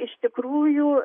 iš tikrųjų